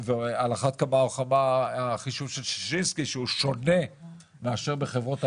על אחת כמה וכמה החישוב של ששינסקי שהוא שונה מאשר של חברות הגז.